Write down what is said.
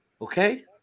okay